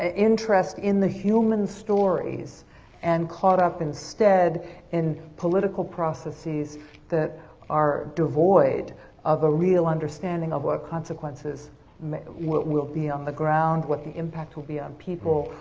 ah interest in the human stories and caught up instead in political processes that are devoid of a real understanding of what consequences will be on the ground, what the impact will be on people,